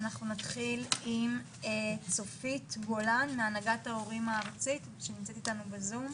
אנחנו נתחיל עם צופית גולן מהנהגת ההורים הארצית שנמצאת איתנו בזום.